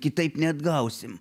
kitaip neatgausim